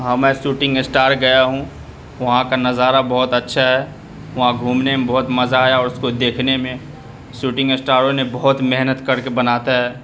ہاں میں shooting star گیا ہوں وہاں کا نظارہ بہت اچھا ہے وہاں گھومنے میں بہت مزہ آیا اور اس کو دیکھنے میں شوٹنگ اسٹاروں نے بہت محنت کر کے بناتا ہے